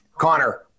Connor